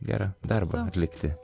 gerą darbą atlikti